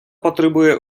потребує